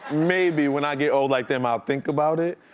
maybe when i get old like them i'll think about it.